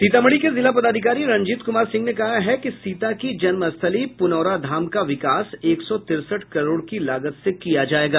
सीतामढी के जिला पदाधिकारी रणजीत कुमार सिंह ने कहा है कि सीता की जन्मस्थली पुनौराधाम का विकास एक सौ तिरसठ करोड़ की लागत से किया जायेगा